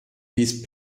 these